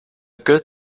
good